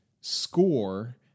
score